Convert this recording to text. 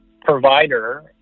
provider